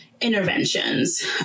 interventions